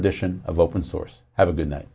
edition of open source have a good night